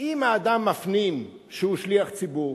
אם האדם מפנים שהוא שליח ציבור